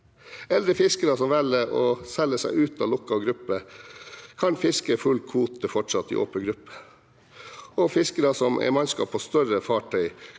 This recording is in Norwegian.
Eldre fiskere som velger å selge seg ut av lukket gruppe, kan fortsatt fiske full kvote i åpen gruppe, og fiskere som er mannskap på større fartøy,